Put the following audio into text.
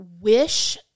wish